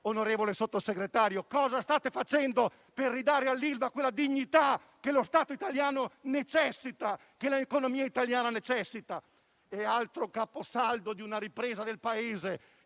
onorevole Sottosegretario! Cosa state facendo per ridare all'Ilva quella dignità di cui lo Stato italiano necessita, di cui l'economia italiana necessita? Un altro caposaldo per la ripresa del Paese